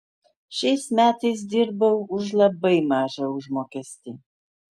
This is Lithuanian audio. šiais metais dirbau už labai mažą užmokestį